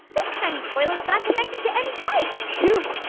this tiny toilet's not connected to any pipes whew.